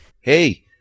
Hey